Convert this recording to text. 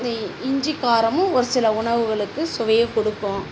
இந்த இஞ்சி காரமும் ஒரு சில உணவுகளுக்கு சுவையை கொடுக்கும்